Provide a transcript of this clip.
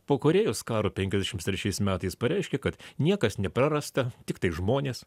po korėjos karo penkiasdešims trečiais metais pareiškė kad niekas neprarasta tiktai žmonės